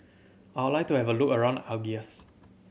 I would like to have a look around Algiers